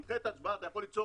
נדחה את ההצבעה, אתה יכול ליצור